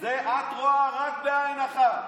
את רואה רק בעין אחת.